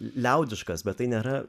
liaudiškas bet tai nėra